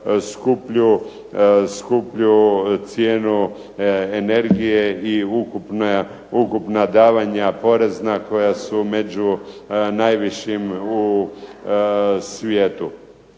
skuplju cijenu energije i ukupna davanja porezna koja su među najvišim u svijetu.